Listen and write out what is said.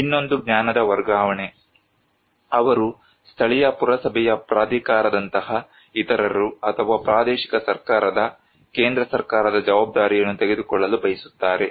ಇನ್ನೊಂದು ಜ್ಞಾನದ ವರ್ಗಾವಣೆ ಅವರು ಸ್ಥಳೀಯ ಪುರಸಭೆಯ ಪ್ರಾಧಿಕಾರದಂತಹ ಇತರರು ಅಥವಾ ಪ್ರಾದೇಶಿಕ ಸರ್ಕಾರದ ಕೇಂದ್ರ ಸರ್ಕಾರದ ಜವಾಬ್ದಾರಿಯನ್ನು ತೆಗೆದುಕೊಳ್ಳಲು ಬಯಸುತ್ತಾರೆ